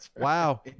wow